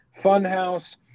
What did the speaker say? funhouse